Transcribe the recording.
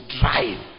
drive